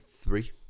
Three